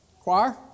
Choir